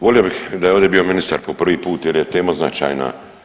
Volio bih da je ovdje bio ministar po prvi put jer je tema značajna.